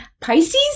Pisces